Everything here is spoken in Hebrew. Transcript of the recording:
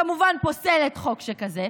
כמובן פוסלת חוק שכזה.